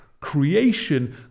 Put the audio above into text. Creation